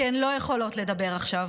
כי הן לא יכולות לדבר עכשיו.